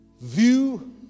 View